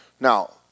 Now